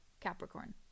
capricorn